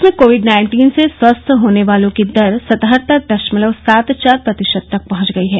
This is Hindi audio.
देश में कोविड नाइन्टीन से स्वस्थ होने वालों की दर सतहत्तर दशमलव सात चार प्रतिशत तक पहुंच गई है